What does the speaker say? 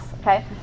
okay